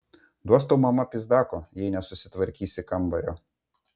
duos tau mama pyzdako jei nesusitvarkysi kambario